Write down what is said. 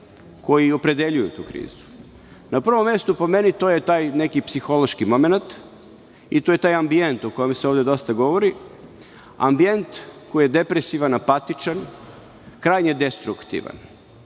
koji opredeljuju tu krizu? Na prvom mestu, po meni, to je taj neki psihološki momenat i to je taj ambijent o kome se ovde dosta govori. To je ambijent koji je depresivan, apatičan, krajnje destruktivan. Ovaj